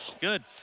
Good